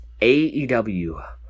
AEW